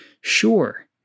sure